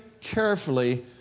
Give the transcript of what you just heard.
carefully